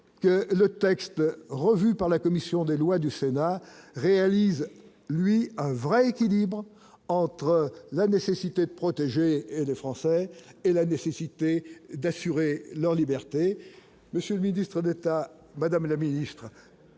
que le texte revu par la commission des lois du Sénat réalise, lui, un vrai équilibre entre la nécessité de protéger les Français et la nécessité d'assurer leur liberté monsieur Ministre d'État, madame la ministre,